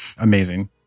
amazing